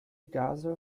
gase